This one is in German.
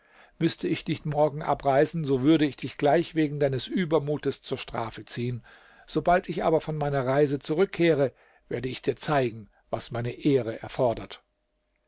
müßte ich nicht morgen abreisen so würde ich dich gleich wegen deines übermutes zur strafe ziehen sobald ich aber von meiner reise zurückkehre werde ich dir zeigen was meine ehre erfordert